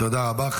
תודה רבה.